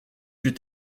plus